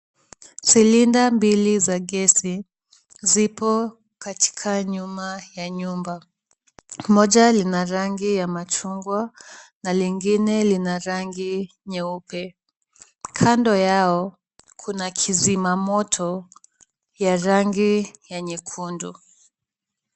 Silinda mbili za gesi zipo katika nyuma ya nyumba. Moja lina rangi ya machungwa na lingine lina rangi nyeupe. Kando yao, kuna kizimamoto ya rangi ya nyekundu.